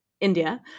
India